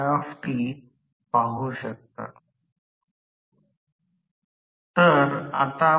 फक्त पाहू या जे स्टेटर तर ते बसबार पर्यंत असेल